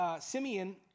Simeon